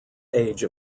age